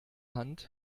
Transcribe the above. hand